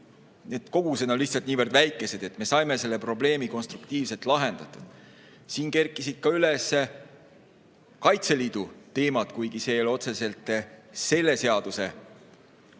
need kogused on lihtsalt niivõrd väikesed. Me saime selle probleemi konstruktiivselt lahendatud. Siin kerkisid üles ka Kaitseliidu teemad, kuigi see ei ole otseselt selle seaduse küsimus.